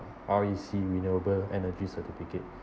R_E_C renewable energy certificate